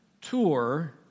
tour